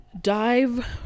dive